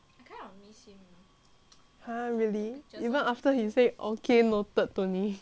!huh! really even after he say okay noted to 你